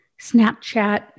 Snapchat